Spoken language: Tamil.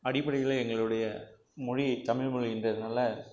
அடிப்படையில் எங்களுடைய மொழி தமிழ் மொழிகிறதுனால